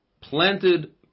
planted